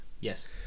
Yes